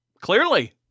Clearly